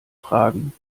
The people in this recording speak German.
fragen